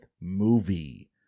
movie